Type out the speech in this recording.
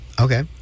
Okay